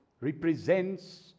represents